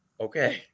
okay